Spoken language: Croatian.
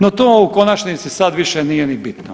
No, to u konačnici sad više nije ni bitno.